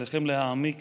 עליכם להעמיק